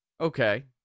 Okay